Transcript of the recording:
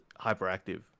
hyperactive